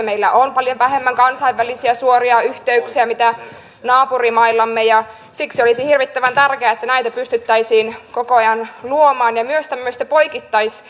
meillä on paljon vähemmän kansainvälisiä suoria yhteyksiä kuin naapurimaillamme ja siksi olisi hirvittävän tärkeää että näitä pystyttäisiin koko ajan luomaan ja myös tämmöistä poikittaisliikennettä